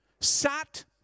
sat